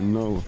no